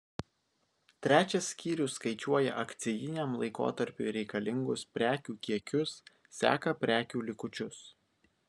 trečias skyrius skaičiuoja akcijiniam laikotarpiui reikalingus prekių kiekius seka prekių likučius